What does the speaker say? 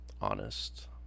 honest